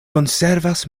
konservas